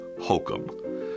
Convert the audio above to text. hokum